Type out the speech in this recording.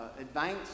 advanced